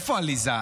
איפה עליזה?